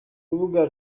rubuga